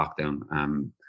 lockdown